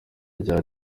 rya